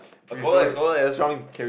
the scholar eh scholar eh let's drunk him